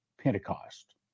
Pentecost